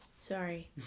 Sorry